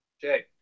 Jay